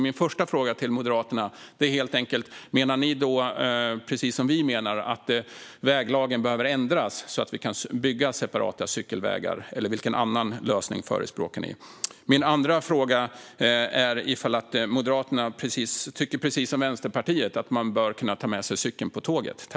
Min första fråga till Moderaterna är helt enkelt: Menar ni, precis som vi, att väglagen behöver ändras så att man kan bygga separata cykelvägar, eller vilken annan lösning förespråkar ni? Min andra fråga är ifall Moderaterna, precis som Vänsterpartiet, tycker att man bör kunna ta med sig cykeln på tåget.